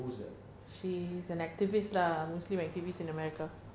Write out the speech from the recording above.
who's that